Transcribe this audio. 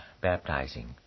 baptizing